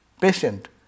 patient